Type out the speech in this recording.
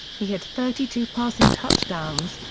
he had thirty two passing touchdowns,